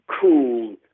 cool